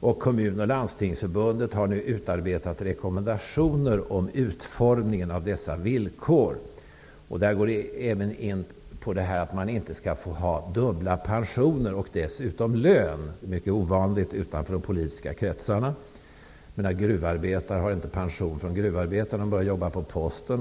Kommunförbundet och Landstingsförbundet har nu utarbetat rekommendationer om utformningen av dessa villkor. Man går även in på detta med att det inte skall få förekomma dubbla pensioner och dessutom lön. Det är mycket ovanligt utanför de politiska kretsarna. En f.d. gruvarbetare exempelvis har inte pension om vederbörande börjar jobba på Posten.